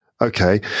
Okay